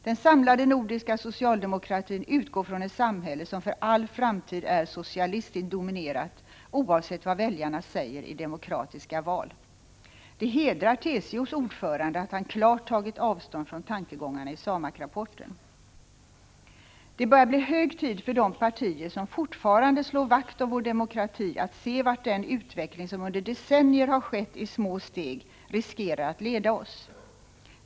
Den samlade nordiska socialdemokratin utgår från ett samhälle som för all framtid är socialistiskt dominerat oavsett vad väljarna säger i demokratiska val. Det hedrar TCO:s ordförande att han klart tagit avstånd från tankegångarna i SAMAK rapporten. Det börjar bli hög tid för de partier som fortfarande slår vakt om vår demokrati att se vart den utveckling som under decennier har skett i små steg riskerar att leda oss.